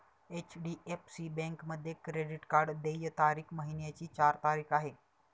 HDFC बँकेमध्ये credit card देय तारीख महिन्याची चार तारीख आहे